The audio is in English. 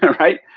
right?